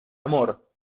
amor